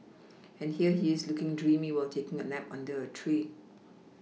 and here he is looking dreamy while taking a nap under a tree